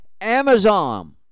Amazon